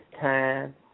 time